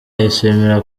yishimira